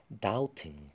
doubting